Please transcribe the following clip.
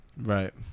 Right